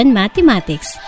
mathematics